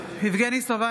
יבגני סובה,